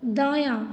दायाँ